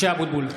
(קורא בשמות חברי הכנסת) משה אבוטבול,